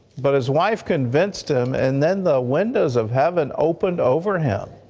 but his wife convinced him, and then the windows of heaven opened over him.